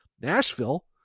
Nashville